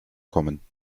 kommen